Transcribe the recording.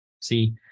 See